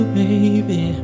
baby